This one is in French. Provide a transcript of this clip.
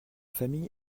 famille